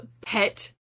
pet